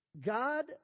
God